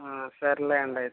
సర్లెండయితే